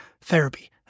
therapy